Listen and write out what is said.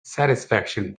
satisfaction